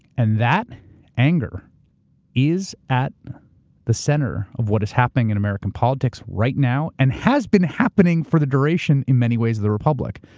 and that anger is at the center of what is happening in american politics right now and has been happening for the duration in many ways of the republic.